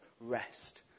rest